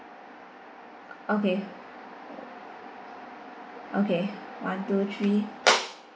okay okay one two three